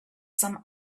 some